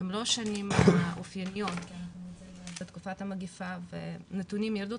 הם לא שונים מהאופייניות בתקופת המגיפה ונתונים ירדו,